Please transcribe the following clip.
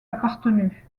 appartenu